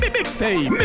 Mixtape